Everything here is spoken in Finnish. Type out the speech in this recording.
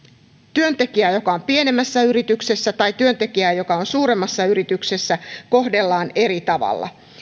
työntekijää joka on pienemmässä yrityksessä ja työntekijää joka on suuremmassa yrityksessä kohdellaan eri tavalla